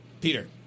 Peter